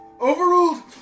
Overruled